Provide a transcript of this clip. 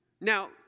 Now